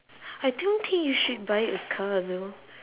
I don't think you should buy a car you know